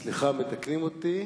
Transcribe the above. סליחה, מתקנים אותי,